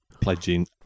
pledging